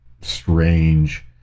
strange